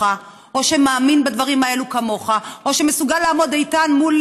או שמאמין בדברים האלה כמוך או שמסוגל לעמוד איתן מול